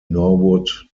norwood